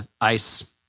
ice